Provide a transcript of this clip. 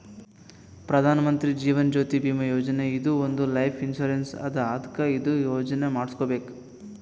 ಪ್ರಧಾನ್ ಮಂತ್ರಿ ಜೀವನ್ ಜ್ಯೋತಿ ಭೀಮಾ ಯೋಜನಾ ಇದು ಒಂದ್ life insurance ಅದಾ ಅದ್ಕ ಇದು ಯೋಜನಾ ಮಾಡುಸ್ಕೊಬೇಕ್